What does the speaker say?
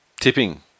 Tipping